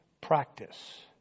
practice